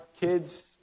kids